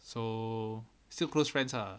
so still close friends ah